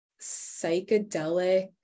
psychedelic